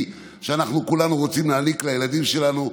שאנחנו כולנו רוצים להעניק לילדים שלנו.